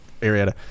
Arietta